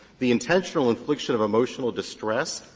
the intentional infliction of emotional distress,